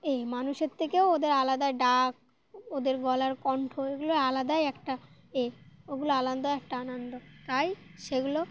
এ মানুষের থেকেও ওদের আলাদা ডাক ওদের গলার কণ্ঠ এগুলো আলাদাই একটা এ ওগুলো আলাদা একটা আনন্দ তাই সেগুলো